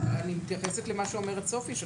אני מתייחסת למה שאומרת סופי.